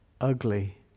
ugly